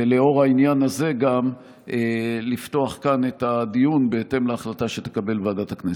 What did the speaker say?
ולאור העניין הזה גם לפתוח כאן את הדיון בהתאם להחלטה שתקבל ועדת הכנסת.